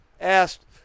asked